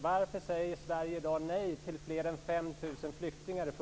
Men varför säger